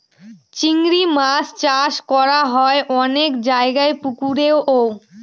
চিংড়ি মাছ চাষ করা হয় অনেক জায়গায় পুকুরেও